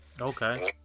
Okay